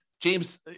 james